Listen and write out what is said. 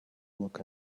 book